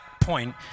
point